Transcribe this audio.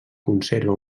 conserva